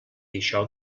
això